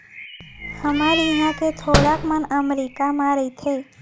हमर इहॉं के थोरक मन अमरीका म रइथें